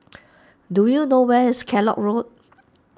do you know where is Kellock Road